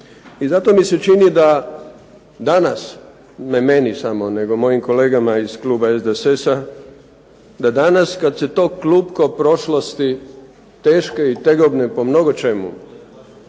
i zato mi se čini da danas, ne meni samo nego mojim kolegama iz kluba SDSS-a, da danas kad se to klupko prošlosti teške i tegobne po mnogočemu,